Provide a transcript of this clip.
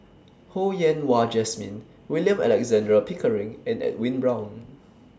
Ho Yen Wah Jesmine William Alexander Pickering and Edwin Brown